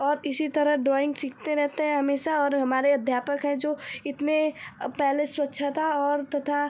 और इसी तरह ड्रॉइंग सीखते रहते हैं हमेशा और हमारे अध्यापक हैं जो इतने पहले स्वच्छता और तथा